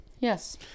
Yes